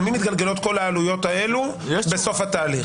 מי מתגלגלות כל העלויות האלו בסוף התהליך.